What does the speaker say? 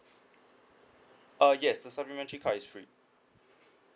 uh yes the supplementary card is free